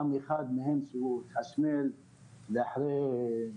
אחד מהם התחשמל ולאחר שהיה